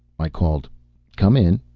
i called come in!